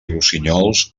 rossinyols